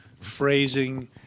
phrasing